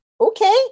Okay